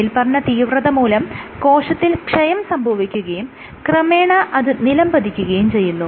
മേല്പറഞ്ഞ തീവ്രത മൂലം കോശത്തിൽ ക്ഷയം സംഭവിക്കുകയും ക്രമേണ അത് നിലംപതിക്കുകയും ചെയ്യുന്നു